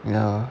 ya